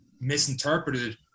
misinterpreted